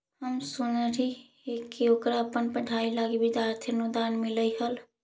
हम सुनलिइ हे ओकरा अपन पढ़ाई लागी विद्यार्थी अनुदान मिल्लई हल